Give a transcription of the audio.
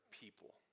people